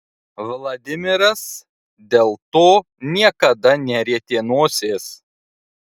vladimiras dėl to niekada nerietė nosies